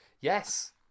Yes